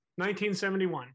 1971